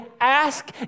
ask